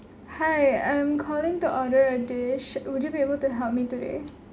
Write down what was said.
hi I'm calling to order a dish would you be able to help me today